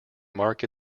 mark